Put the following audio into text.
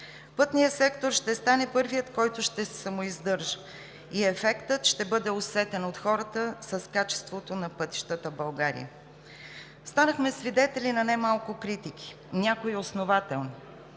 Пътният сектор ще стане първият, който ще се самоиздържа, и ефектът ще бъде усетен от хората с качеството на пътищата в България. Станахме свидетели на немалко критики – някои основателни,